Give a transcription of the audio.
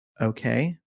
okay